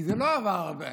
כי לא עבר ,